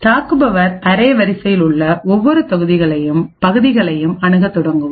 தாக்குபவர் அரே வரிசையில் உள்ள ஒவ்வொரு பகுதிகளையும் அணுகத் தொடங்குவார்